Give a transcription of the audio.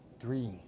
Three